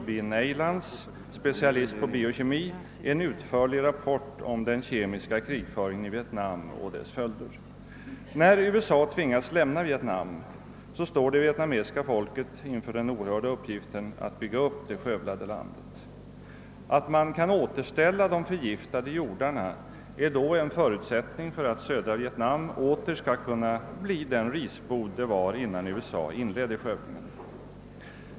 B. Neilands, specialist på biokemi, en utförlig rapport om den kemiska krigföringen i Vietnam och dess följder. När USA tvingats lämna Vietnam står det vietnamesiska folket inför den oerhörda uppgiften att bygga upp det skövlade landet. Att man kan återställa de förgiftade jordarna är då en förutsättning för att södra Vietnam åter skall bli den risbod det var innan USA inledde skövlingen.